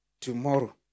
Tomorrow